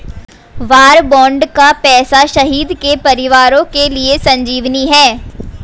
वार bond का पैसा शहीद के परिवारों के लिए संजीवनी है